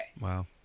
Wow